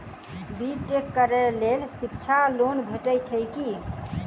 B tech करै लेल शिक्षा लोन भेटय छै की?